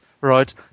right